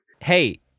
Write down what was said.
Hey